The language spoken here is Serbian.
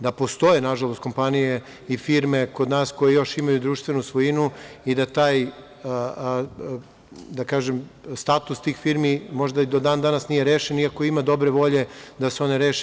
Da, postoje, nažalost, kompanije i firme kod nas koje još imaju društvenu svojinu i taj, da kažem, status tih firmi možda do dan danas nije rešen, iako ima dobre volje da se one reše.